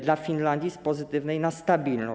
Dla Finlandii - z pozytywnej na stabilną.